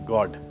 God